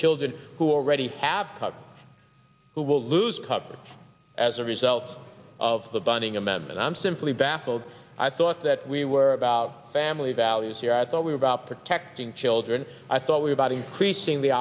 children who already have who will lose coverage as a result of the bunning amendment i'm simply baffled i thought that we were about family values here i thought we were about protecting children i thought we about increasing the